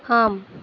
ஆம்